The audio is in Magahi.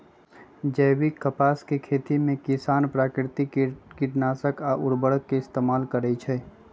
जैविक कपास के खेती में किसान प्राकिरतिक किटनाशक आ उरवरक के इस्तेमाल करई छई